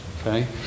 okay